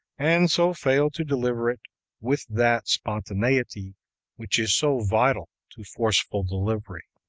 and so fail to deliver it with that spontaneity which is so vital to forceful delivery.